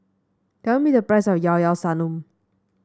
tell me the price of Llao Llao Sanum